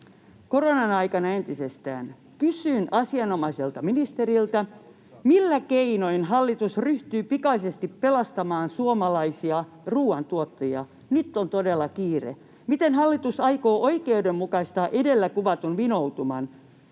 koronan aikana entisestään. Kysyn asianomaiselta ministeriltä: Millä keinoin hallitus ryhtyy pikaisesti pelastamaan suomalaisia ruoantuottajia? Nyt on todella kiire. Miten hallitus aikoo oikeudenmukaistaa edellä kuvatun vinoutuman?